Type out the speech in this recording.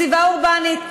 בסביבה אורבנית.